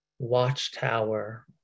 watchtower